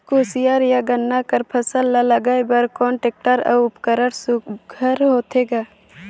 कोशियार या गन्ना कर फसल ल लगाय बर कोन टेक्टर अउ उपकरण सुघ्घर होथे ग?